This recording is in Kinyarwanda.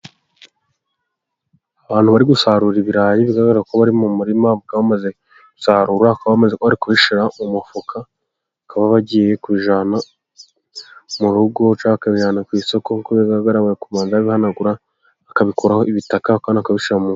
Abantu bari gusarura ibirayi, bigaragara ko bari mu murima bakaba bamaze gusarura bamaze kubishyira mu mufuka bakaba bagiye kubijyana mu rugo cyangwa bakabijyana ku isoko, nkuko bigaragara bari kubanza babihanagura bakabikuraho ibitaka bakabishyira mu ....